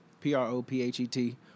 P-R-O-P-H-E-T